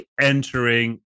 entering